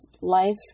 life